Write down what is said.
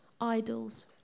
idols